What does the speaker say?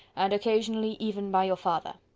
and occasionally even by your father.